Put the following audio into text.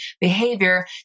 behavior